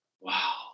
Wow